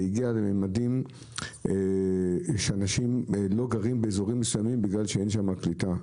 זה הגיע לכך שאנשים לא גרים באזורים מסוימים בגלל שאין שם קליטה.